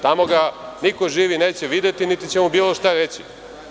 Tamo ga niko živi neće videti, niti će mu bilo šta reći.